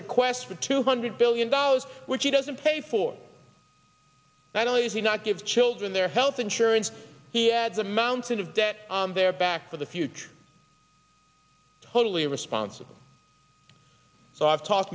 request for two hundred billion dollars which he doesn't pay for not only does he not give children their health insurance he adds a mountain of debt on their backs for the future totally irresponsible so i've